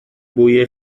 بوی